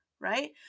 right